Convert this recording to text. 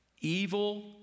evil